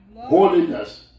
Holiness